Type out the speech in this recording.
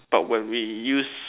but when we use